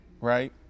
right